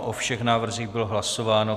O všech návrzích bylo hlasováno.